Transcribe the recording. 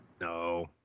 No